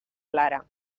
clara